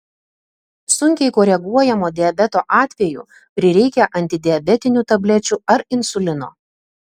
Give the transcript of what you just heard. sunkiai koreguojamo diabeto atveju prireikia antidiabetinių tablečių ar insulino